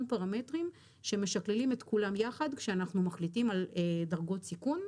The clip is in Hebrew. פרמטרים שמשקללים את כולם ביחד כשאנחנו מחליטים על דרגות סיכון,